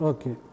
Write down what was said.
Okay